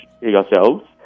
yourselves